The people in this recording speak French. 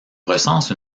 recense